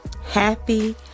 happy